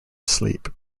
sleep